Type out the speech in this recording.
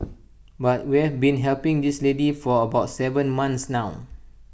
but we have been helping this lady for about Seven months now